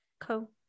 cool